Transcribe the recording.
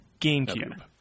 GameCube